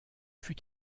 fut